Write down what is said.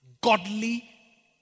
Godly